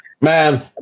man